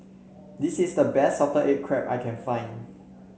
this is the best Salted Egg Crab I can find